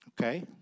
Okay